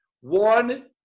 One